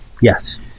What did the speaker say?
Yes